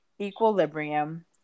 Equilibrium